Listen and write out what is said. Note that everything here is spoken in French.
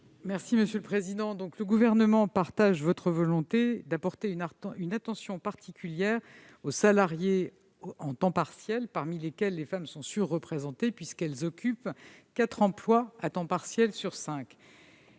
Madame la sénatrice, le Gouvernement partage votre volonté de prêter une attention particulière aux salariés à temps partiel, parmi lesquels les femmes sont surreprésentées puisqu'elles occupent quatre emplois à temps partiel sur